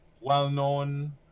well-known